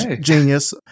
genius